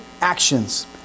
actions